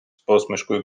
посмішкою